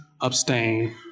abstain